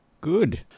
Good